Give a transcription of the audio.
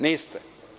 Niste.